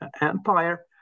Empire